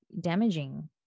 damaging